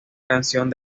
canción